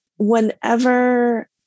Whenever